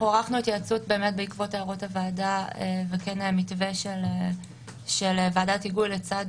ערכנו התייעצות בעקבות הערות הוועדה וכן היה מתווה של ועדת היגוי לצד